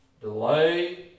delay